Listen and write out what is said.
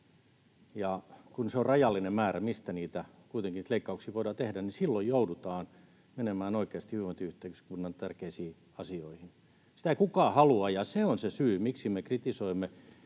se kuitenkin on rajallinen määrä, mistä niitä leikkauksia voidaan tehdä, niin silloin joudutaan menemään oikeasti hyvinvointiyhteiskunnan tärkeisiin asioihin. Sitä ei kukaan halua, ja se on se syy, miksi me kritisoimme